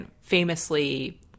famously